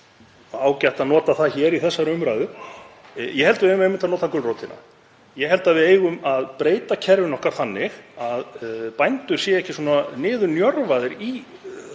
ágætt að nota það í þessari umræðu. Ég held að við eigum einmitt að nota gulrótina. Ég held að við eigum að breyta kerfinu okkar þannig að bændur séu ekki svona niðurnjörvaðir í